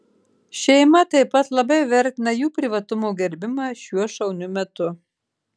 šeima taip pat labai vertina jų privatumo gerbimą šiuo šauniu metu